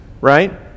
Right